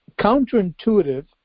counterintuitive